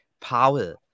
power